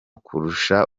kurusha